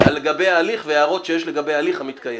לגבי ההליך וההערות שיש לגבי ההליך המתקיים.